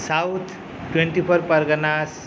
south twenty four Parganas